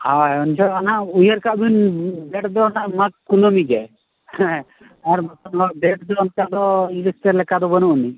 ᱦᱳᱭ ᱩᱱ ᱡᱚᱦᱚᱜ ᱚᱱᱟ ᱩᱭᱦᱟᱹᱨ ᱠᱟᱜ ᱵᱤᱱ ᱰᱮᱴ ᱫᱚ ᱦᱟᱸᱜ ᱢᱟᱜᱽ ᱠᱩᱱᱟᱹᱢᱤ ᱜᱮ ᱟᱨ ᱵᱟᱠᱷᱟᱱ ᱫᱚ ᱦᱟᱸᱜ ᱰᱮᱴ ᱫᱚ ᱚᱱᱛᱮ ᱫᱚ ᱤᱝᱞᱤᱥ ᱛᱮ ᱞᱮᱠᱟ ᱫᱚ ᱵᱟᱹᱱᱩᱜ ᱟᱹᱱᱤᱡ